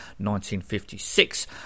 1956